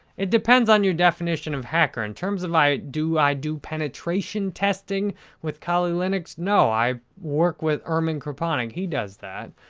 it depends on your definition of hacker. in terms of do i do penetration testing with kali linux? no, i work with ermin kreponic. he does that.